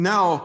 Now